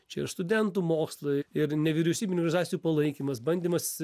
čia ir studentų mokslai ir nevyriausybinių organizacijų palaikymas bandymas